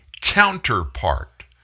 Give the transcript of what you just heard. counterpart